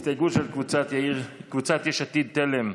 הסתייגות של קבוצת סיעת יש עתיד-תל"ם,